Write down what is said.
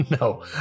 no